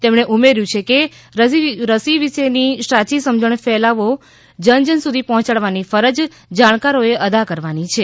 તેમણે ઉમેર્યૂ છે કે રસી વિષે ની સાચી સમજણ નો ફેલાવો જન જન સુધી પહોચડવાની ફરજ જાણકારો એ અદા કરવાની છે